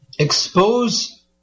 expose